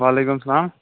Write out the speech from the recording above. وعلیکُم اسلام